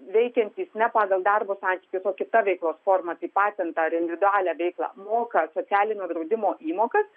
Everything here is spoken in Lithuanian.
veikiantys ne pagal darbo santykius o kita veiklos forma kaip patentą ar individualią veiklą moka socialinio draudimo įmokas